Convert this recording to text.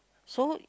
so